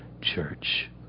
church